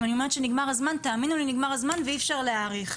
אם אני אומרת שנגמר הזמן תאמינו לי שנגמר הזמן ואי אפשר להאריך.